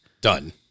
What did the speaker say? done